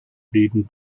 reden